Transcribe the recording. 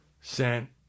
sent